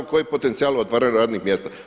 Koji potencijal otvaranju radnih mjesta?